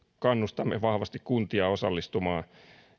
kannustamme vahvasti kuntia osallistumaan